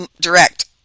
Direct